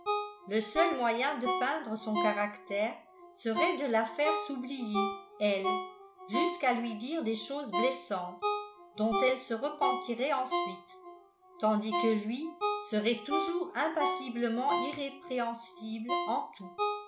le seul moyen de peindre son caractère serait de la faire s'oublier elle jusqu'à lui dire des choses blessantes dont elle se repentirait ensuite tandis que lui serait toujours impassiblement irrépréhensible en tout